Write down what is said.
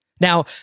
Now